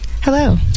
Hello